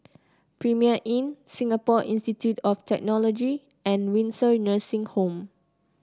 Premier Inn Singapore Institute of Technology and Windsor Nursing Home